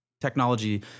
technology